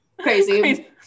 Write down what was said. Crazy